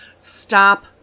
Stop